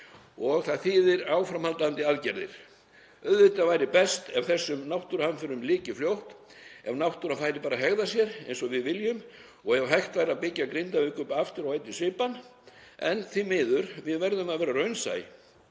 og það þýðir áframhaldandi aðgerðir. Auðvitað væri best ef þessum náttúruhamförum lyki fljótt, ef náttúran færi að hegða sér eins og við viljum og ef hægt væri að byggja Grindavík upp aftur í einni svipan en því miður, við verðum að vera raunsæ,